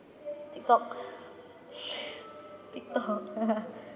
tiktok tiktok